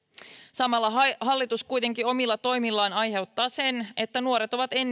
samalla hallitus kuitenkin omilla toimillaan aiheuttaa sen että nuoret ovat